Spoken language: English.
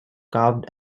carved